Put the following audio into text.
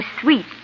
sweet